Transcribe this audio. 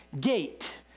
gate